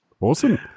Awesome